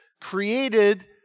created